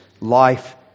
life